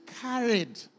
carried